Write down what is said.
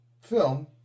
film